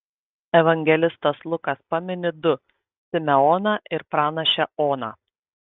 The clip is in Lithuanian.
evangelistas lukas pamini du simeoną ir pranašę oną